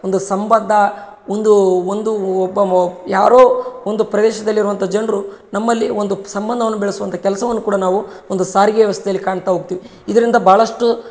ಒಂದು ಸಂಬದ್ದ ಒಂದು ಒಂದು ಒಬ್ಬ ಮೊ ಯಾರೋ ಒಂದು ಪ್ರದೇಶದಲ್ಲಿರೋ ಅಂತ ಜನರು ನಮ್ಮಲ್ಲಿಒಂದು ಸಂಬಂಧವನ್ ಬೆಳೆಸುವಂತ ಕೆಲಸವನ್ ಕೂಡ ನಾವು ಒಂದು ಸಾರಿಗೆ ವ್ಯವಸ್ಥೆಯಲ್ಲಿ ಕಾಣ್ತಾ ಹೋಗ್ತಿವ್ ಇದರಿಂದ ಭಾಳಷ್ಟು